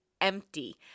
empty